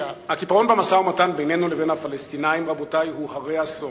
הקיפאון במשא-ומתן בינינו לבין הפלסטינים הוא הרה אסון.